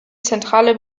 zentrale